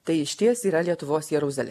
tai išties yra lietuvos jeruzalė